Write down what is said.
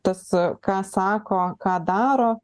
tas ką sako ką daro